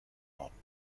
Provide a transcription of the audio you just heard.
worden